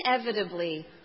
inevitably